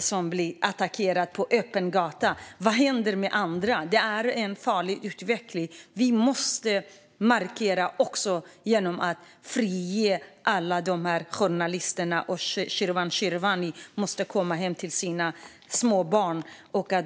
som blir attackerade på öppen gata. Vad händer med andra? Det är en farlig utveckling. Vi måste också markera genom att kräva att man ska frige alla journalisterna, och Sherwan Sherwani måste få komma hem till sina små barn.